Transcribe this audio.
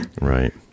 Right